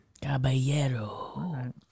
Caballero